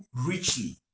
richly